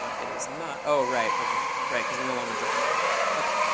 it is not. oh, right. ok, right. because we're no longer drawing things. ok.